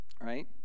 right